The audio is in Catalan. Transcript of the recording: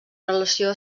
relació